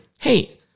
Hey